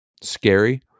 scary